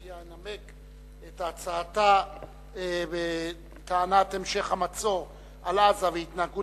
ינמק את הצעתה בטענת המשך המצור על עזה וההתנהגות